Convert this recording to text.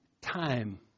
time